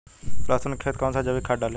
लहसुन के खेत कौन सा जैविक खाद डाली?